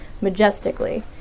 majestically